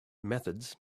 methods